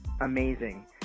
amazing